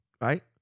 Right